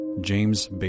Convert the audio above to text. James